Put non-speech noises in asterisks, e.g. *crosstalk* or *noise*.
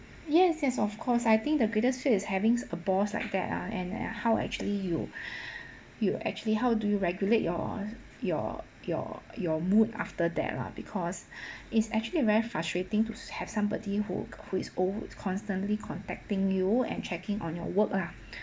yes yes of course I think the greatest fear is having a boss like that ah and uh how actually you *breath* you actually how do you regulate your your your your mood after that lah because *breath* is actually very frustrating to have somebody who who is always constantly contacting you and checking on your work ah